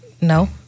No